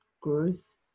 growth